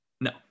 No